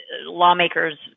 lawmakers